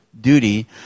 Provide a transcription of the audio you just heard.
duty